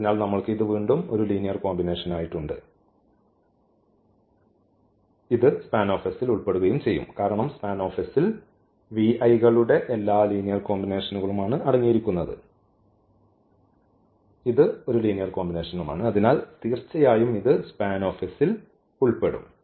അതിനാൽ നമ്മൾക്ക് ഇത് വീണ്ടും ഒരു ലീനിയർ കോമ്പിനേഷനായി ഉണ്ട് ഇത് SPAN ൽ ഉൾപ്പെടുകയും ചെയ്യും കാരണം SPAN ൽ കളുടെ എല്ലാ ലീനിയർ കോമ്പിനേഷനും അടങ്ങിയിരിക്കുന്നു ഇത് ഒരു ലീനിയർ കോമ്പിനേഷനും ആണ് അതിനാൽ തീർച്ചയായും ഇത് SPAN ൽ ഉൾപ്പെടും